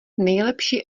nejlepší